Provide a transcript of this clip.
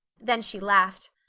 then she laughed.